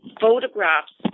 photographs